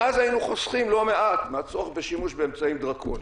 ואז היינו חוסכים לא מעט מהצורך בשימוש באמצעים דרקוניים.